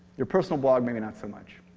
you personal blog, maybe not so much.